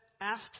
asked